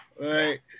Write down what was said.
Right